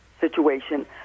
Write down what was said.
situation